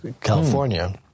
California